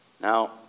Now